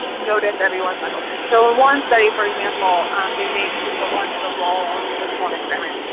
notice everyone's mental phase. so and one study for example, um they made people enter the role of just one experiment.